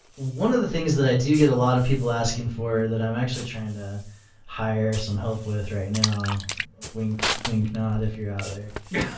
one of the things that i do get a lot of people asking for that i'm actually trying to hire some help with right now wink, nod, if you're out there.